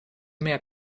mehr